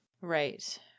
right